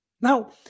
Now